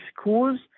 schools